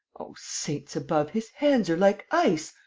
oh, saints above, his hands are like ice!